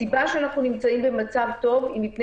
הסיבה שאנחנו נמצאים במצב טוב היא מפני